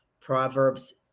Proverbs